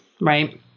Right